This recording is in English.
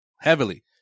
heavily